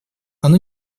оно